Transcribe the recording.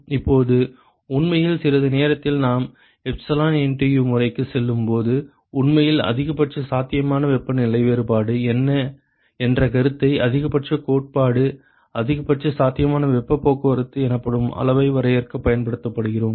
இப்போது உண்மையில் சிறிது நேரத்தில் நாம் எப்சிலன் என்டியு முறைக்குச் செல்லும்போது உண்மையில் அதிகபட்ச சாத்தியமான வெப்பநிலை வேறுபாடு என்ற கருத்தை அதிகபட்ச கோட்பாட்டு அதிகபட்ச சாத்தியமான வெப்பப் போக்குவரத்து எனப்படும் அளவை வரையறுக்கப் பயன்படுத்துகிறோம்